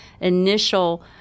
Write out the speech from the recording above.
initial